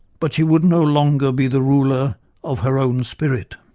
but she would no longer be the ruler of her own spirit'.